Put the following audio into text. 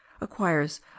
acquires